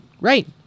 Right